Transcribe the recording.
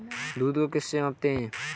दूध को किस से मापते हैं?